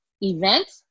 event